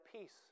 peace